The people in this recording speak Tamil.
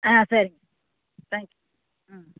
ஆ சரிங்க தேங்க் யூ ம்